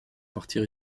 partir